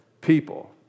people